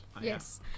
Yes